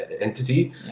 entity